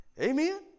Amen